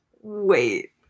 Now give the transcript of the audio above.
Wait